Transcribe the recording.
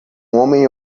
homem